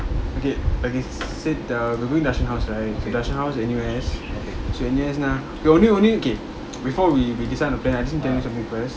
we doing nationals right so nationals N_U_S nah you only only okay before we we decide on the plan I just need tell you something first